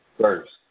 first